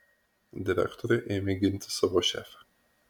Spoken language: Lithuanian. direktorė ėmė ginti savo šefę